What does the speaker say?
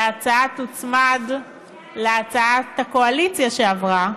וההצעה תוצמד להצעת הקואליציה, שעברה,